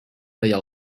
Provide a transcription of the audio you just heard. tallar